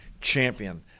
champion